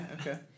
okay